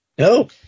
No